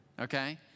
okay